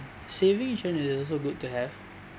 saving insurance is also good to have